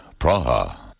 Praha